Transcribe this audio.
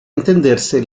entenderse